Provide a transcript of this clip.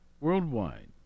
Worldwide